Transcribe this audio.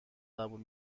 قبول